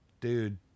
Dude